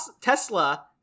Tesla